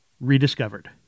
rediscovered